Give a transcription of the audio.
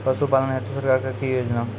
पशुपालन हेतु सरकार की योजना?